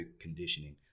conditioning